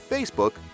Facebook